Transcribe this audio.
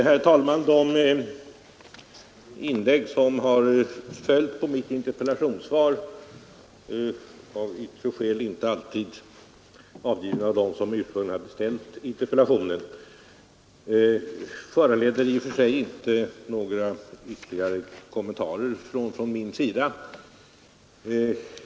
Herr talman! De inlägg som här följt på mitt interpellationssvar — av olika skäl inte alltid av dem som framställt interpellationerna — föranleder i och för sig inte någon ytterligare kommentar från min sida.